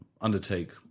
undertake